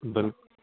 ਬਿਲਕੁੱਲ